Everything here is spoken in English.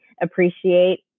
appreciate